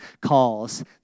calls